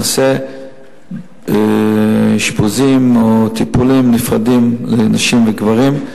נעשה אשפוזים או טיפולים נפרדים לנשים ולגברים,